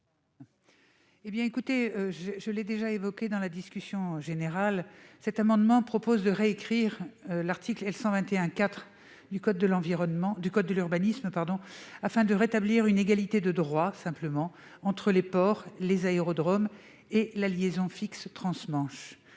Ainsi que je l'ai évoqué dans la discussion générale, cet amendement vise à réécrire l'article L. 121-4 du code de l'urbanisme afin de rétablir une égalité de droits entre les ports, les aérodromes et la liaison fixe transmanche.